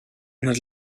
had